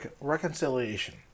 reconciliation